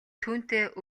түүнтэй